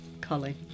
Colin